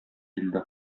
килде